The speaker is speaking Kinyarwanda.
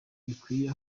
bikwiye